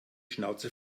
schnauze